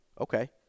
Okay